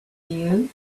you